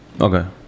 Okay